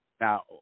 now